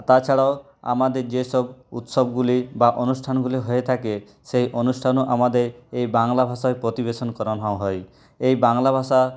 তাছাড়াও আমাদের যেসব উৎসবগুলি বা অনুষ্ঠানগুলি হয়ে থাকে সেই অনুষ্ঠানও আমাদের এই বাংলা ভাষায় প্রতিবেদন করানো হয় এই বাংলা ভাষা